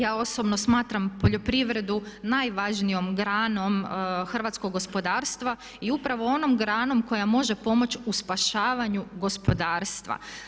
Ja osobno smatram poljoprivredu najvažnijom granom hrvatskog gospodarstva i upravo onom granom koja može pomoći u spašavanju gospodarstva.